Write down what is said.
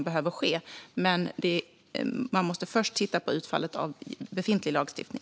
Först måste man dock titta på utfallet av befintlig lagstiftning.